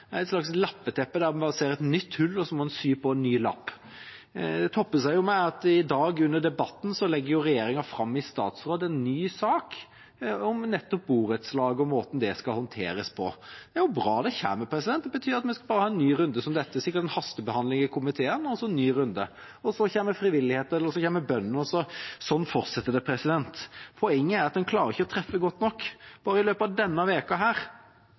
er et slags lappeteppe: Man ser et nytt hull og må sy på en ny lapp. Det toppet seg i dag med at regjeringa under debatten la fram en ny sak i statsråd om nettopp borettslag og måten det skal håndteres på. Det er bra det kommer, men det betyr at vi må ha en ny runde som dette – sikkert en hastebehandling i komiteen og så en ny runde. Så kommer frivilligheten, så kommer bøndene, og slik fortsetter det. Poenget er at en klarer ikke å treffe godt nok. Bare i løpet av denne